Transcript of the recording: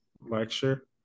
lecture